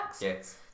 Yes